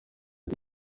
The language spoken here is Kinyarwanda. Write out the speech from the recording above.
ati